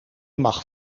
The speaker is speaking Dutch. mag